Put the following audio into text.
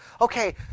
Okay